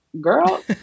girl